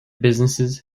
businesses